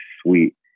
sweet